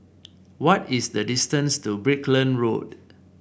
what is the distance to Brickland Road